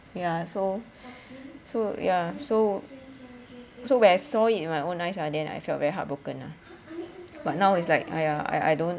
yeah so so yeah so so when I saw it with my own eyes ah then I feel very heartbroken ah but now is like !aiya! I I don't